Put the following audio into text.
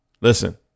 Listen